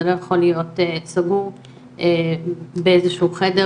זה לא יכול להיות סגור באיזשהו חדר,